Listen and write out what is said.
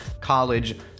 college